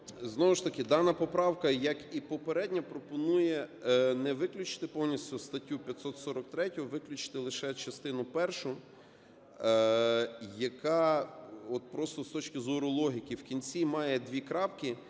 Знову ж таки дана поправка, як і попередня, пропонує не виключити повністю статтю 543, виключити лише частину першу, яка просто з точки зору логіки в кінці має дві крапки